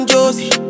Josie